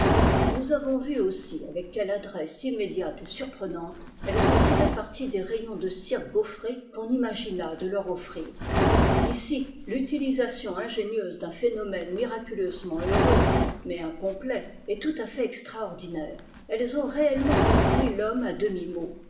nous avons vu aussi avec quelle adresse immédiate et surprenante elles ont tiré parti des rayons de cire gaufrée qu'on imagina de leur offrir ici l'utilisation ingénieuse d'un phénomène miraculeusement heureux mais incomplet est tout à fait extraordinaire elles ont réellement compris l'homme à demi-mot